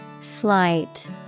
Slight